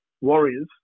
warriors